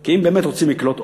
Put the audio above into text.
כי באמת רוצים לקלוט,